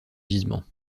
gisements